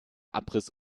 abriss